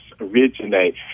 originate